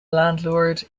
landlord